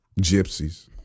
gypsies